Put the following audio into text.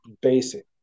basic